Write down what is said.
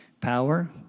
power